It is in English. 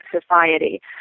society